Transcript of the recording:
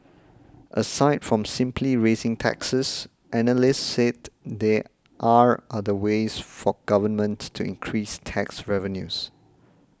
aside from simply raising taxes analysts said there are other ways for Government to increase tax revenues